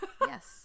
yes